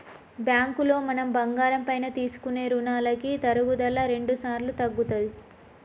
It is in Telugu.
బ్యాంకులో మనం బంగారం పైన తీసుకునే రుణాలకి తరుగుదల రెండుసార్లు తగ్గుతది